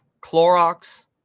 clorox